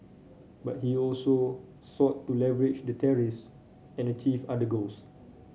but he also sought to leverage the tariffs and achieve other goals